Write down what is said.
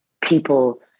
people